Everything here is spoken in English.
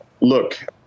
Look